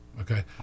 Okay